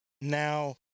Now